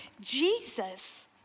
Jesus